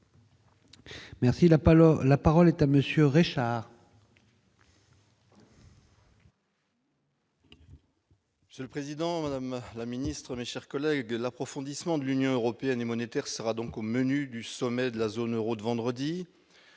alors la parole est à monsieur Richard. C'est le président, M. la ministre, mes chers collègues, l'approfondissement de l'Union européenne et monétaire sera donc au menu du sommet de la zone Euro de vendredi.